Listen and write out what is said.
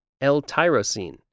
L-tyrosine